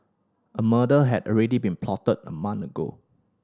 a murder had already been plotted a month ago